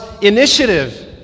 initiative